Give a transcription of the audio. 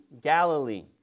Galilee